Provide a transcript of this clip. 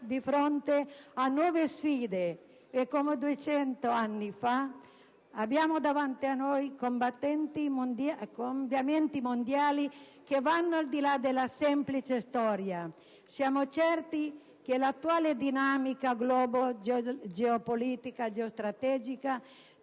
di fronte a nuove sfide e, come duecento anni fa, abbiamo davanti a noi cambiamenti mondiali che vanno al di là della semplice teoria. Siamo certi che l'attuale dinamica globale geopolitica e geostrategica